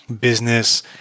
business